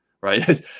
right